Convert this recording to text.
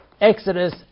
Exodus